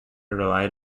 relied